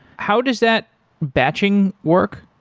how does that batching work?